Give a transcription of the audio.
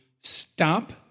stop